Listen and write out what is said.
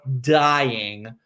dying